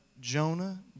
Jonah